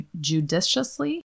judiciously